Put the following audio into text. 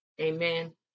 Amen